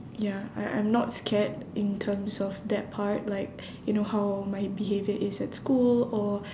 ya I I'm not scared in terms of that part like you know how my behaviour is at school or